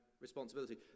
responsibility